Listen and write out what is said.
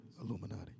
Illuminati